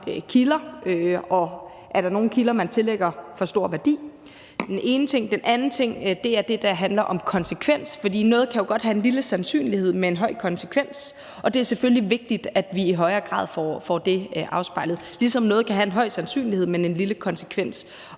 kilder, og er der nogle kilder, som man tillægger for stor værdi? Det er den ene ting. Den anden ting er det, der handler om konsekvens, for noget kan jo godt have en lille sandsynlighed, men en stor konsekvens. Og det er selvfølgelig vigtigt, at vi i højere grad får det afspejlet. Det samme gælder, i forhold til at noget kan have en stor sandsynlighed, men en lille konsekvens.